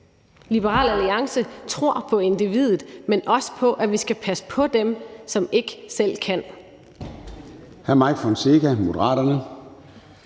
Liberal Alliance tror på individet, men også på, at vi skal passe på dem, som ikke selv kan.